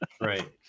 Right